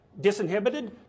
disinhibited